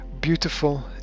Beautiful